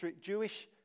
Jewish